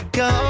go